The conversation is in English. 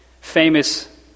famous